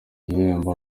igihembo